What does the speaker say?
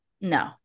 no